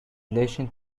relation